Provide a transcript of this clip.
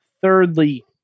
Thirdly